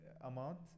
amount